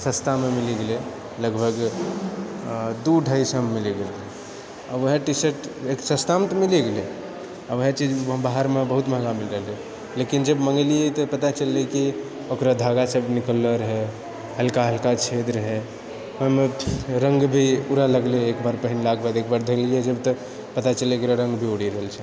सस्तामऽ मिली गेलय लगभग दू ढाइ सएमऽ मिली गेलय ओहे टी शर्ट एक सस्तामऽ तऽ मिलिए गेलय ओहे चीज बाहरमऽ बहुत महगा मिली रहय लेकिन जब मङ्गेलियै तऽ पता चललै कि ओकरा धागासभ निकललौ रहय हल्का हल्का छेद रहय ओहिमऽ रङ्ग भी उड़ऽ लगलय एक बार पहिनला कऽ बाद एक बार धोलियै जब तऽ पता चललै कि एकर रङ्ग भी उड़ि रहल छै